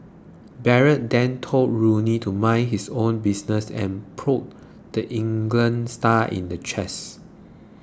Barrett then told Rooney to mind his own business and prodded the England star in the chest